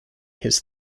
his